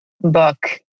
book